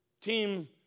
Team